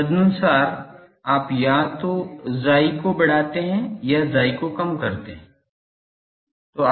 तदनुसार आप या तो chi को बढ़ाते हैं या chi को कम करते हैं